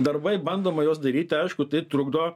darbai bandoma juos daryti aišku tai trukdo